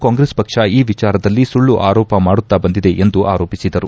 ಕಾಂಗ್ರೆಸ್ ಪಕ್ಷ ಈ ವಿಚಾರದಲ್ಲಿ ಸುಳ್ಳು ಆರೋಪ ಮಾಡುತ್ತಾ ಬಂದಿದೆ ಎಂದು ಆರೋಪಿಸಿದರು